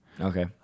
Okay